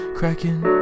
cracking